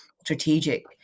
strategic